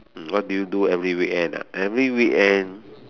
mm what do you do every weekend ah every weekend